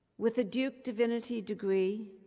with a duke divinity degree,